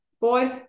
boy